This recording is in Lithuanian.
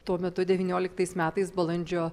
tuo metu devynioliktais metais balandžio